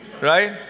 Right